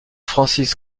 francis